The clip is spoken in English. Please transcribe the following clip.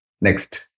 Next